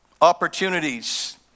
opportunities